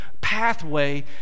pathway